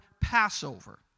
Passover